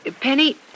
Penny